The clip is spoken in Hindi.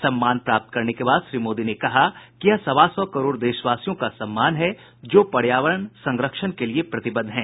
सम्मान प्राप्त करने के बाद श्री मोदी ने कहा कि यह सवा सौ करोड़ देशवासियों का सम्मान है जो पर्यावरण संरक्षण के लिए प्रतिबद्ध हैं